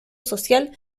social